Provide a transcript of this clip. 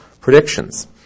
predictions